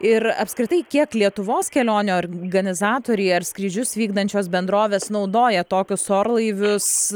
ir apskritai kiek lietuvos kelionių organizatoriai ar skrydžius vykdančios bendrovės naudoja tokius orlaivius